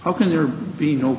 how can there be no